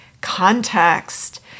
context